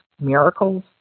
miracles